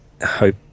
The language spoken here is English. hope